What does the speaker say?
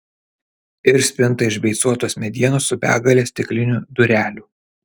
ir spinta iš beicuotos medienos su begale stiklinių durelių